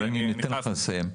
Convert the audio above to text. ואתן לך לסיים: